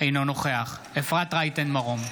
אינו נוכח אפרת רייטן מרום,